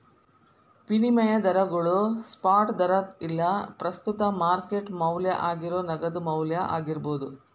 ವಿನಿಮಯ ದರಗೋಳು ಸ್ಪಾಟ್ ದರಾ ಇಲ್ಲಾ ಪ್ರಸ್ತುತ ಮಾರ್ಕೆಟ್ ಮೌಲ್ಯ ಆಗೇರೋ ನಗದು ಮೌಲ್ಯ ಆಗಿರ್ಬೋದು